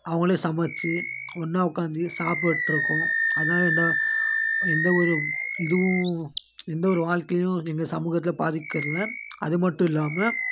அவங்களே சமைச்சி ஒன்னாக ஒக்காந்து சாப்பிட்ருக்கோம் அதனால என்டா எந்த ஒரு இதுவும் எந்த ஒரு வாழ்க்கையும் எங்கள் சமூகத்தில் பாதிக்கிறதுல்லை அது மட்டும் இல்லாமல்